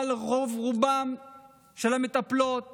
אבל רוב-רובן של המטפלות